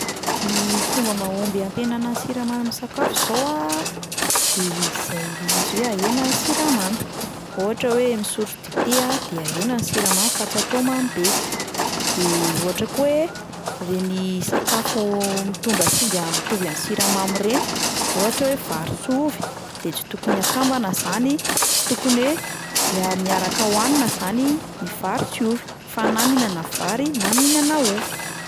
Ny fomba mahomby hampihenana ny siramamy amin'ny sakafo zao a, de izay le izy hoe ahena ny siramamy, ohatra hoe misotro dite a, de ahena ny siramamy fa tsy atao mamy be, de ohatra koa hoe ireny sakafo mitondra singa mitovy amin'ny siramamy ireny ohatra hoe vary sy ovy de tsy tokony akambana 'zany, tsy tokony hoe ia- miaraka hohanina zany ny vary sy ovy, fa na mihinana vary, na mihinana ovy.